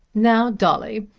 now, dolly,